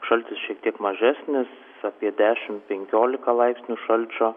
šaltis šiek tiek mažesnis apie dešim penkiolika laipsnių šalčio